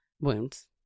wounds